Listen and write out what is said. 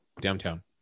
downtown